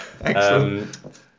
Excellent